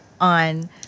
on